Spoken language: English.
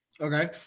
Okay